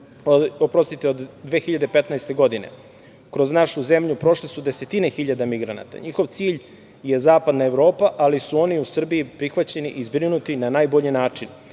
ruti od 2015. godine. Kroz našu zemlju prošle su desetine hiljada migranata. Njihov cilj je Zapadna Evropa, ali su oni u Srbiji prihvaćeni i zbrinuti na najbolji